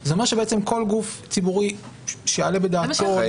זה אומר שכל גוף ציבורי שיעלה בדעתו